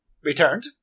returned